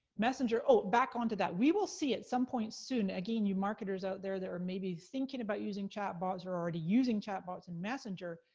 messenger, oh, back onto that. we will see it, some point soon. again you marketers out there that are maybe thinking about using chatbot, or are already using chatbot and messenger.